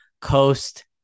Coast